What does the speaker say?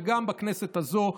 וגם בכנסת הזו,